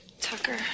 Tucker